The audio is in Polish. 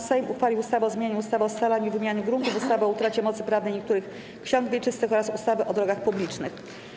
Sejm uchwalił ustawę o zmianie ustawy o scalaniu i wymianie gruntów, ustawy o utracie mocy prawnej niektórych ksiąg wieczystych oraz ustawy o drogach publicznych.